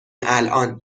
الان